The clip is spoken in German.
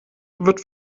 wird